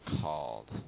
called